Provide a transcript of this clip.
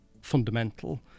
fundamental